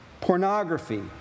pornography